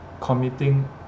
committing